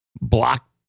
block